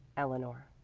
eleanor.